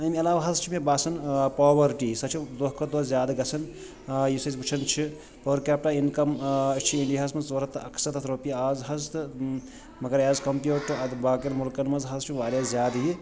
امہِ علاوٕ حظ چھِ مےٚ باسان پاوَرٹی سۄ چھِ دۄہ کھۄتہٕ دۄہ زیادٕ گژھان یُس أسۍ وُچھان چھِ پٔر کیپٹا اِنکَم أسۍ چھِ اِنڈیاہَس منٛز ژور ہَتھ اَکہٕ سَتَتَتھ رۄپیہِ اَز حظ تہٕ مگر ایز کَمپِیٲرڈ ٹُو باقیَن مُلکَن منٛز حظ چھُ واریاہ زیادٕ یہِ